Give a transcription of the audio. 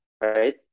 right